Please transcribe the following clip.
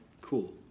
cool